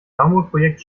mammutprojekt